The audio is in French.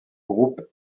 groupe